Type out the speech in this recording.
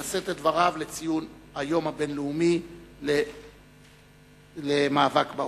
לשאת את דבריו לציון היום הבין-לאומי למאבק בעוני.